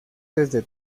desde